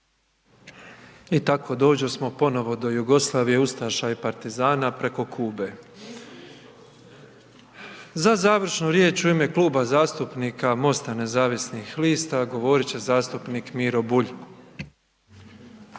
I tako dođosmo ponovno do Jugoslavije, ustaša i partizana preko Kube. Za završnu riječ u ime Kluba zastupnika Mosta nezavisnih lista, govoriti će zastupnik Miro Bulj.